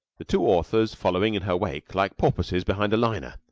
the two authors following in her wake like porpoises behind a liner.